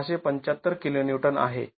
६७५ kN आहे